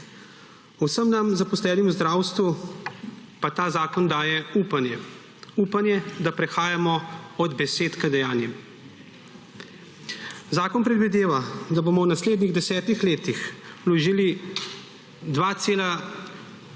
Vsem nam zaposlenim v zdravstvu pa ta zakon daje upanje, upanje, da prehajamo od besed k dejanjem. Zakon predvideva, da bomo v naslednjih desetih letih vložili 2,093